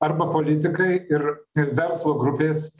arba politikai ir verslo grupės